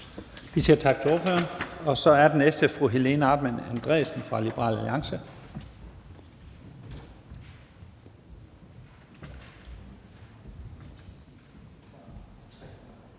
Vi siger tak til ordføreren. Og så er den næste fru Helena Artmann Andresen fra Liberal Alliance.